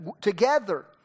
together